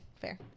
Fair